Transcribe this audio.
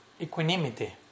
equanimity